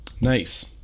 nice